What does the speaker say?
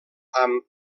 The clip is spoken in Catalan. amb